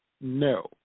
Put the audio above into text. no